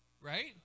right